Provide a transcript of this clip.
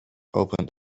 opened